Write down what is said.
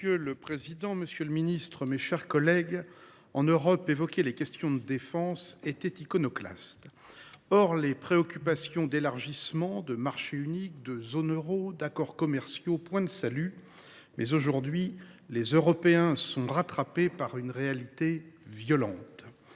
Monsieur le président, monsieur le ministre, mes chers collègues, évoquer les questions de défense en Europe était iconoclaste. En dehors des préoccupations en matière d’élargissement, de marché unique, de zone euro et d’accords commerciaux, point de salut ! Aujourd’hui, les Européens sont rattrapés par une réalité violente.